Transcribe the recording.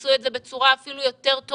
עשו את זה בצורה אפילו יותר טובה